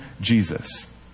jesus